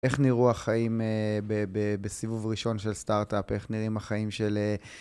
איך נראו החיים בסיבוב ראשון של סטארט-אפ, איך נראים החיים של...